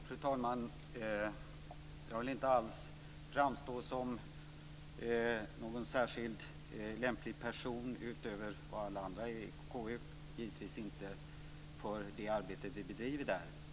Fru talman! Jag vill givetvis inte alls framstå som en person som är mer lämplig än alla de andra i KU för det arbete som vi bedriver där.